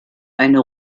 eine